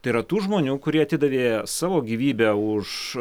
tai yra tų žmonių kurie atidavė savo gyvybę už